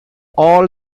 all